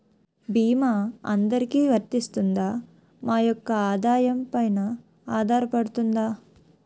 భీమా అందరికీ వరిస్తుందా? మా యెక్క ఆదాయం పెన ఆధారపడుతుందా?